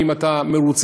האם אתה מרוצה,